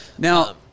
Now